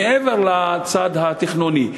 מעבר לצד התכנוני.